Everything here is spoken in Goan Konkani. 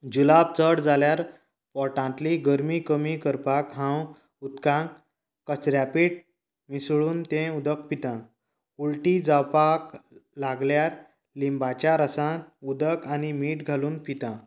जुलाब चड जाल्यार पोटांतली गरमी कमी करपाक हांव उदकांत कचऱ्यापेट मिसळून तें उदक पिता उल्टी जावपाक लागल्यार लिंबाच्या रसान उदक आनी मीठ घालून पिता